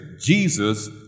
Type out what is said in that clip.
Jesus